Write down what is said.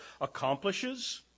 accomplishes